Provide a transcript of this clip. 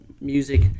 music